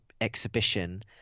exhibition